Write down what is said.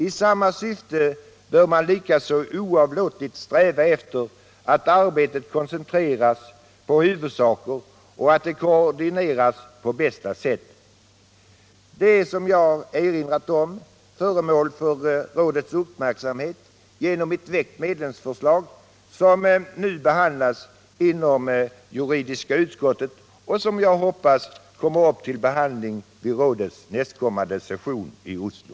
I samma syfte bör man likaså oavlåtligt sträva efter att arbetet koncentreras på huvudsaker och att det koordineras på bästa sätt.” Som jag erinrat om är detta föremål för Nordiska rådets uppmärksamhet genom ett direkt medlemsförslag som nu behandlas inom juridiska utskottet och som jag hoppas kommer upp till behandling vid Nordiska rådets nästkommande session i Oslo.